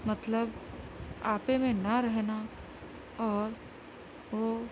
مطلب آپے میں نہ رہنا اور وہ